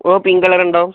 ഓ pink colour ഉണ്ടാവും